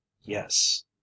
Yes